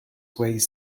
weighs